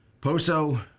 poso